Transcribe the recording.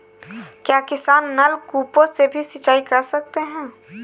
क्या किसान नल कूपों से भी सिंचाई कर सकते हैं?